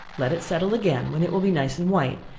let it settle again, when it will be nice and white,